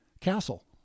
castle